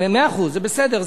מאה אחוז, זה בסדר.